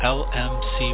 lmc